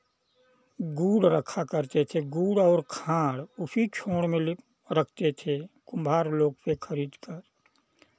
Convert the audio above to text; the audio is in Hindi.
गुड़ रखा करते थे गुड़ और खाड़ उसी छोर में रखते थे कुम्हार लोग से खरीद कर